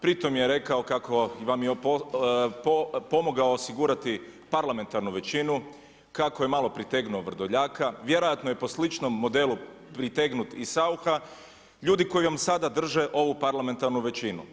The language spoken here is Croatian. Pri tom je rekao kako vam pomogao osigurati parlamentarnu većinu, kako je malo pritegnuo Vrdoljaka, vjerojatno je po sličnom modelu pritegnut i Saucha, ljudi kojom sada drže ovu parlamentarnu većinu.